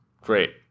Great